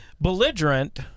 Belligerent